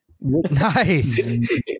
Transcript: Nice